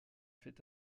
fait